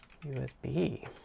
USB